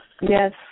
Yes